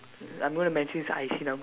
I'm going to mention his I_C numb